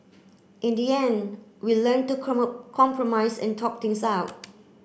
in the end we learnt to compromise and talk things out